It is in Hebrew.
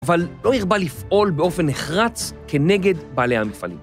‫אבל לא הרבה לפעול באופן נחרץ ‫כנגד בעלי המפעלים.